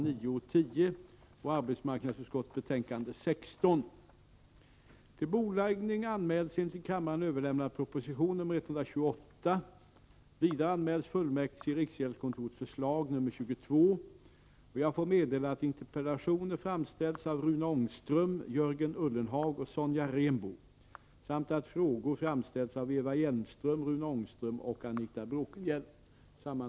Det tycks också förekomma att fångar som har en kort tid kvar av sitt straff, och som normalt skulle ha avtjänat också denna del av straffet på lokalanstalt, under denna sista tid flyttas till slutna riksanstalter som t.ex. Kumla.